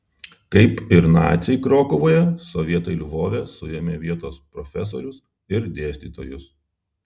kaip ir naciai krokuvoje sovietai lvove suėmė vietos profesorius ir dėstytojus